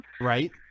right